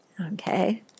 Okay